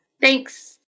Thanks